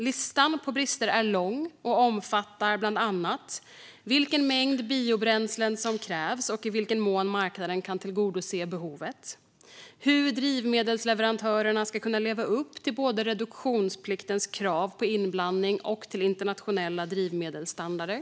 Listan på brister är lång och omfattar bland annat vilken mängd biobränslen som krävs och i vilken mån marknaden kan tillgodose behovet och hur drivmedelsleverantörerna ska kunna leva upp till både reduktionspliktens krav på inblandning och till internationella drivmedelsstandarder.